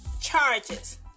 charges